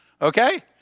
Okay